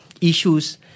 issues